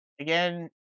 Again